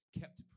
kept